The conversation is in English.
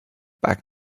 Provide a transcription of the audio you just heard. back